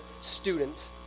student